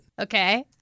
Okay